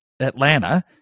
Atlanta